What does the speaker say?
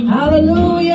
Hallelujah